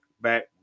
back